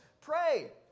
pray